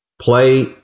play